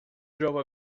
drove